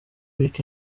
week